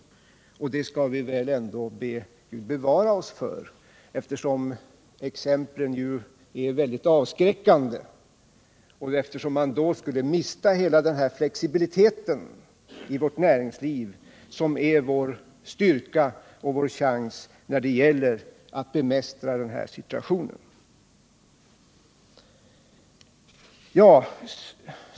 Och en sådan utveckling skall vi väl ändå be Gud bevara oss från, eftersom exemplen är mycket avskräckande och eftersom vi då skulle mista den flexibilitet i vårt näringsliv som är vår styrka och chans när det gäller att bemästra situationen.